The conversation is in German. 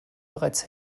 bereits